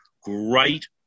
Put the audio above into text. Great